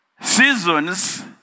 Seasons